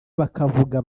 bakavuga